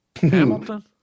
Hamilton